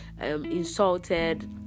insulted